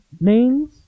names